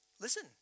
Listen